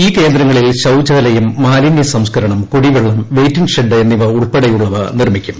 ഈ കേന്ദ്രങ്ങളിൽ ശൌചാലയം മാലിന്യ സംസ്കരണം കുടിവെള്ളം വെയിറ്റിംഗ് ഷെഡ് എന്നിവ ഉൾപ്പെടെയുള്ളവ നിർമ്മിക്കും